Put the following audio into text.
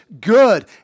good